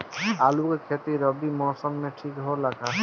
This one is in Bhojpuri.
आलू के खेती रबी मौसम में ठीक होला का?